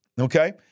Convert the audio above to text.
okay